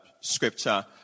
scripture